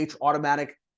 automatic